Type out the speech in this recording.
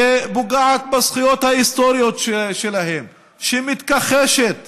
שפוגעת בזכויות ההיסטוריות שלהם, שמתכחשת